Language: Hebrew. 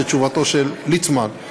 זו תשובה של ליצמן,